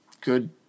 good